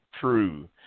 true